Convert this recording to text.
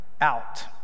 out